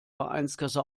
vereinskasse